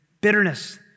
bitterness